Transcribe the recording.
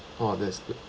!wah! that's good